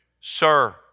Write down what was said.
Sir